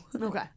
Okay